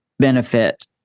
Benefit